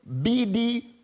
BD